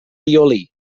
violí